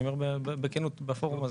אני אומר בכנות בפורום הזה.